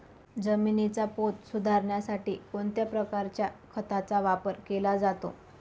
जमिनीचा पोत सुधारण्यासाठी कोणत्या प्रकारच्या खताचा वापर केला जातो?